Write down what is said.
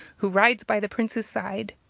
who rides by the prince's side.